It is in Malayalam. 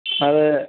അതെ